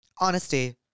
honesty